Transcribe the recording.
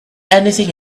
anything